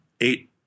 eight